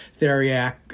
theriac